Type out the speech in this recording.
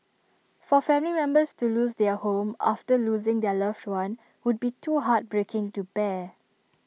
for family members to lose their home after losing their loved one would be too heartbreaking to bear